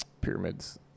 pyramids